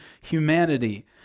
humanity